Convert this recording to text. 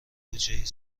بودجهای